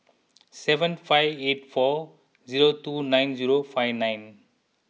seven five eight four zero two nine zero five nine